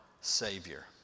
Savior